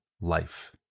life